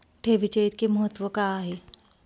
ठेवीचे इतके महत्व का आहे?